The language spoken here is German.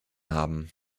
haben